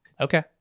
Okay